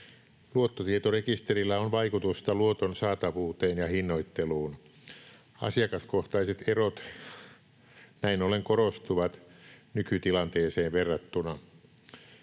Luottotietorekisterillä on vaikutusta luoton saatavuuteen ja hinnoitteluun. Asiakaskohtaiset erot näin ollen korostuvat nykytilanteeseen verrattuna.